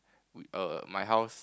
we err my house